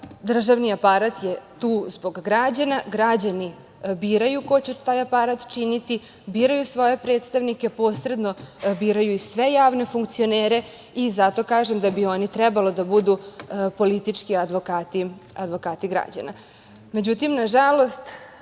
državni aparat je tu zbog građana, građani biraju ko će taj aparat činiti, biraju svoje predstavnike, posredno biraju i sve javne funkcionere i za to kažem da bi oni trebalo da budu politički advokati građana.Međutim,